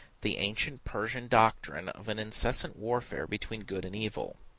the ancient persian doctrine of an incessant warfare between good and evil.